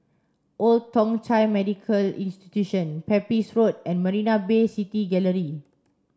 Old Thong Chai Medical Institution Pepys Road and Marina Bay City Gallery